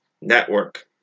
Network